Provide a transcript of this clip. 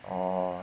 ah